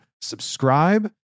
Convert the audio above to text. subscribe